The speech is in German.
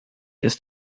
ist